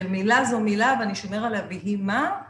מילה זו מילה, ואני שומר עליה ויהי מה